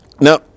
Now